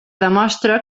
demostra